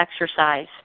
exercise